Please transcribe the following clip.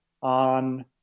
on